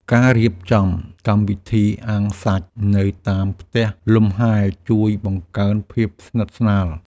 ការរៀបចំកម្មវិធីអាំងសាច់ នៅតាមផ្ទះលំហែជួយបង្កើនភាពស្និទ្ធស្នាល។